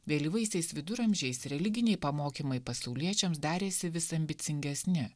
vėlyvaisiais viduramžiais religiniai pamokymai pasauliečiams darėsi vis ambicingesni